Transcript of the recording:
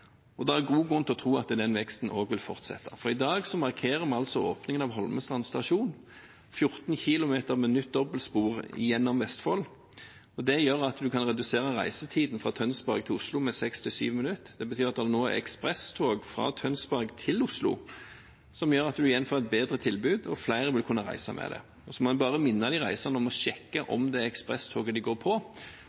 passasjertall. Det er god grunn til å tro at den veksten også vil fortsette, for i dag markerer vi åpningen av Holmestrand stasjon. 14 km med nytt dobbeltspor gjennom Vestfold gjør at man kan redusere reisetiden fra Tønsberg til Oslo med 6–7 minutter. Det betyr at det nå er ekspresstog fra Tønsberg til Oslo, som gjør at man igjen får et bedre tilbud og flere vil kunne reise med det. Jeg må bare minne de reisende om å sjekke om det er ekspresstoget de går på,